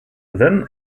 then